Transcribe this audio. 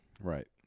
Right